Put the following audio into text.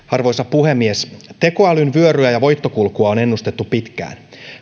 arvoisa puhemies tekoälyn vyöryä ja voittokulkua on ennustettu pitkään